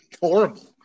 horrible